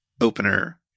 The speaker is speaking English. opener